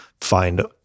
find